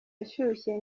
ashyushye